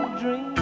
dream